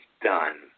done